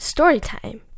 Storytime